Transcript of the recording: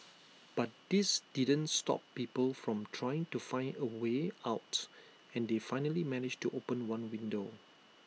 but this didn't stop people from trying to find A way out and they finally managed to open one window